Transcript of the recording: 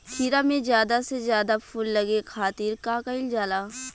खीरा मे ज्यादा से ज्यादा फूल लगे खातीर का कईल जाला?